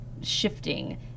shifting